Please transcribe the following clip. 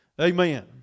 Amen